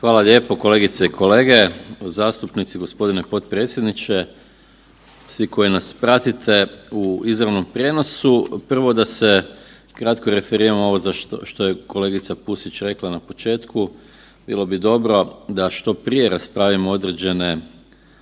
Hvala lijepo kolegice i kolege zastupnici. G. potpredsjedniče, svi koji nas pratite u izravnom prijenosu. Prvo da se kratko referiram za ovo što je kolegica Pusić rekla na početku. Bilo bi dobro da što prije raspravljamo određene